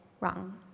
wrong